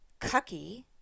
cucky